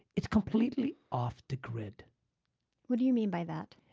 it's completely off the grid what do you mean by that?